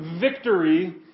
Victory